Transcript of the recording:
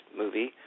movie